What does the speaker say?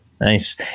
Nice